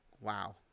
Wow